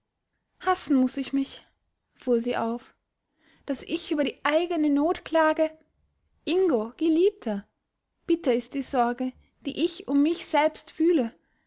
hassen muß ich mich fuhr sie auf daß ich über die eigene not klage ingo geliebter bitter ist die sorge die ich um mich selbst fühle